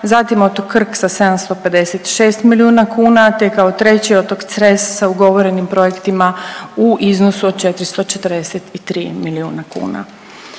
zatim otok Krk sa 756 milijuna kuna, te kao treći otok Cres sa ugovorenim projektima u iznosu od 443 milijuna kuna.